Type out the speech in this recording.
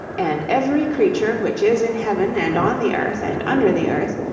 and every creature which is in heaven, and on the earth, and under the earth,